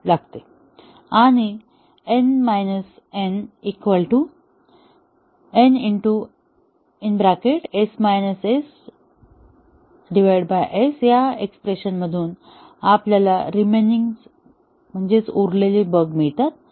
आणि N n n s या expression मधून आपल्याला रेमेनिंग बग मिळतात